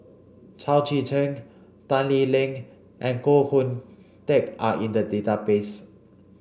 Chao Tzee Cheng Tan Lee Leng and Koh Hoon Teck are in the database